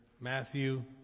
Matthew